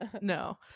no